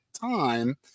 time